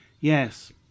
Yes